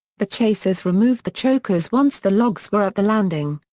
the chasers removed the chokers once the logs were at the landing.